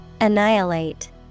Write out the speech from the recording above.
Annihilate